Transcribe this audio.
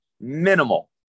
minimal